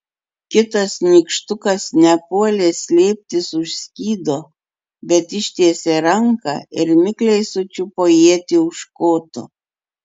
kitas nykštukas nepuolė slėptis už skydo bet ištiesė ranką ir mikliai sučiupo ietį už koto